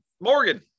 Morgan